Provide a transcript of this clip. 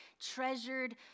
treasured